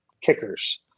kickers